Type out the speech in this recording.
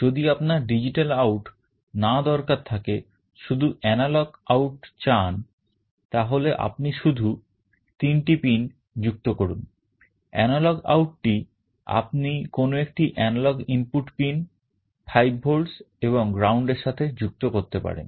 যদি আপনার digital out না দরকার থাকে শুধু analog out চান তাহলে আপনি শুধু তিনটি পিন যুক্ত করুন analog out টি আপনি কোন একটি এনালগ ইনপুট পিন 5 volts এবং ground এর সাথে যুক্ত করতে পারেন